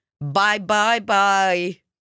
bye-bye-bye